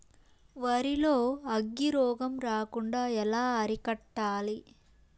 వరి లో అగ్గి రోగం రాకుండా ఎలా అరికట్టాలి?